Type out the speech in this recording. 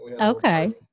okay